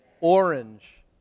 Orange